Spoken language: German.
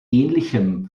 ähnlichem